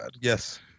Yes